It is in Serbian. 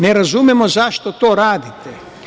Ne razumemo zašto to radite.